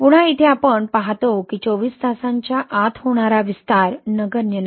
पुन्हा येथे आपण पाहतो की 24 तासांच्या आत होणारा विस्तार नगण्य नाही